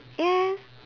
yes